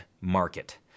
market